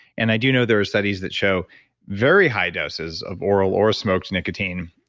and i do know there are studies that show very high doses of oral or smoke nicotine,